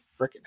freaking